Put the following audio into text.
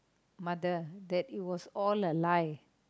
mother that it was all a lie